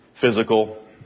physical